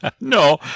No